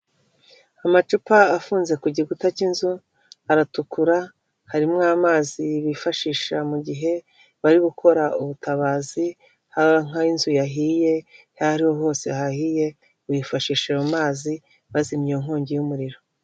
Amacupa afunze ku gikuta cy'inzu aratukura harimo amazi bifashisha mu gihe bari gukora ubutabazi nk'aho inzu yahiye aho ariho hose hahiye bifashisha ayo mazi bazimya iyo nkongi y'umuriro.